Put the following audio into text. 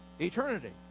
eternity